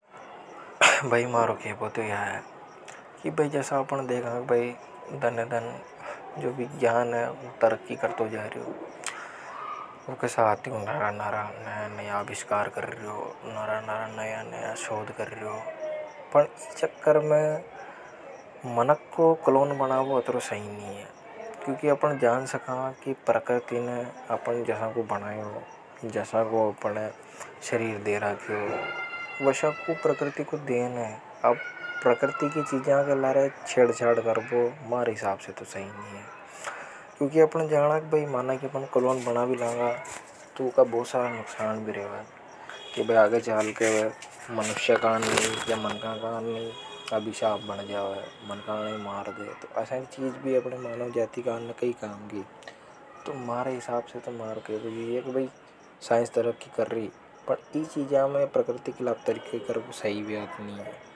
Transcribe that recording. भाई मारोखेबो तो या हे की जसा अपन देखा दने-दन जो भी जान है तर्की करते जा रियो अब उनके साथ यू। नरा-नरा नया अभिस्कार कर रियो नरा-नरा नया-नया शोध कर रियो पर इस चक्कर में मनक को कलोन बम्बों अंतरों सही नी। नहीं है क्योंकि अपना जान सका कि प्रकृति ने अपने जैसा को बनाएं हो जैसा को अपने शरीर दे रखियो वसा। प्रकृति को देना है अब प्रकृति की चीजों के लिए छेड़-छेड़ कर वह मारी हिसाब से तो सही नहीं है क्योंकि अपन जाना की माना की क्लोन बना भी लांगा ऊका बहुत सारा नुकसान भी रेवे। तो मारे हिसाब से तो मारो खेबो यो ही हे की भई साइंस तरक्की कर रि परंतु इन चीजा में प्रकृति के साथ लापरवाही करवा सही नी है।